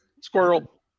squirrel